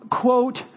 quote